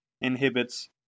inhibits